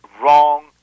wrong